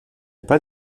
pas